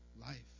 life